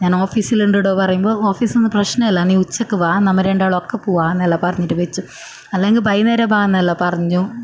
ഞാൻ ഓഫീസിലുണ്ടെടോ പറയുമ്പോൾ ഓഫീസ് ഒന്നും പ്രശ്നമല്ല നീ ഉച്ചയ്ക്ക് വാ നമ്മൾ രണ്ടാളും ഒപ്പം പോവാം എന്നെല്ലാം പറഞ്ഞിട്ട് വെച്ചു അല്ലെങ്കിൽ ബൈന്നേരം ബാ എന്നെല്ലാം പറഞ്ഞു